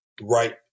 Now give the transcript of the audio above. right